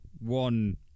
one